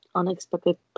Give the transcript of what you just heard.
unexpected